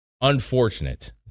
unfortunate